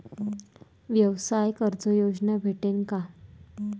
व्यवसाय कर्ज योजना भेटेन का?